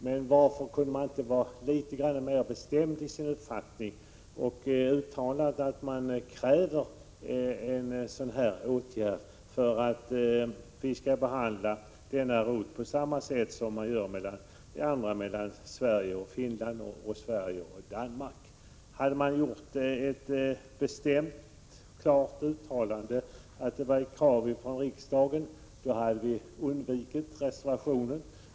Men varför kan man inte vara litet mer bestämd i sin uppfattning och kräva åtgärder som gör att denna rutt behandlas på samma sätt som andra rutter mellan Sverige och Finland och mellan Sverige och Danmark? Om utskottet hade sagt att detta var ett klart uttalat krav från riksdagen, då hade vi undvikit reservationen.